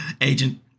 agent